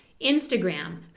Instagram